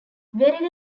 very